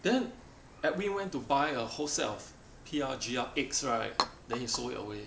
then Edwin went to buy a whole set of P_R_G_R eggs right then he sold it away